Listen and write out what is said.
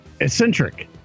eccentric